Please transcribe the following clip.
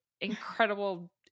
incredible